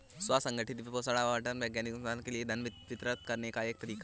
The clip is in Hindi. स्व संगठित वित्त पोषण आवंटन वैज्ञानिक अनुसंधान के लिए धन वितरित करने का एक तरीका हैं